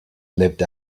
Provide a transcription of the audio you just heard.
lived